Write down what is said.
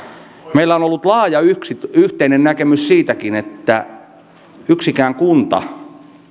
meillä on ollut laaja yhteinen näkemys siitäkin että yksikään kunta